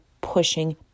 pushing